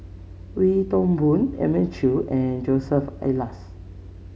Wee Toon Boon Elim Chew and Joseph Elias